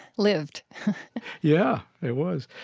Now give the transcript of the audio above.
lived yeah, it was.